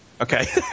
Okay